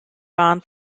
waren